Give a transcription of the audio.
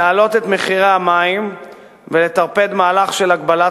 להעלות את מחירי המים ולטרפד מהלך של הגבלת